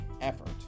effort